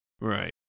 right